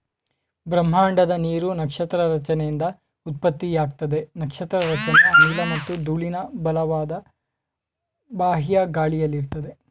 ಬ್ರಹ್ಮಾಂಡದ ನೀರು ನಕ್ಷತ್ರ ರಚನೆಯಿಂದ ಉತ್ಪತ್ತಿಯಾಗ್ತದೆ ನಕ್ಷತ್ರ ರಚನೆ ಅನಿಲ ಮತ್ತು ಧೂಳಿನ ಬಲವಾದ ಬಾಹ್ಯ ಗಾಳಿಯಲ್ಲಿರ್ತದೆ